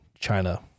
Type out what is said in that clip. China